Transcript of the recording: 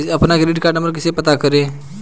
अपना credit card number कैसे पता करें?